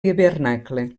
hivernacle